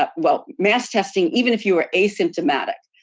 ah well, mass testing, even if you were asymptomatic.